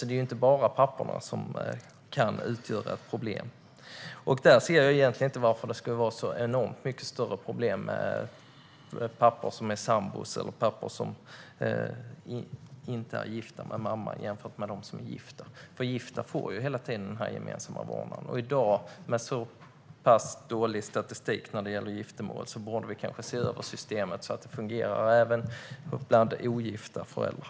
Det är inte bara pappor som kan utgöra ett problem. Jag ser inte varför det skulle vara ett mycket större problem med pappor som inte är gifta med mamman jämfört med dem som är gifta. Gifta får ju automatiskt gemensam vårdnad. Men med dagens dåliga statistik vad gäller giftermål borde vi se över systemet så att det fungerar även bland ogifta föräldrar.